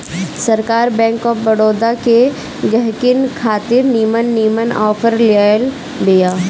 सरकार bank of Baroda के गहकिन खातिर निमन निमन आफर लियाइल बिया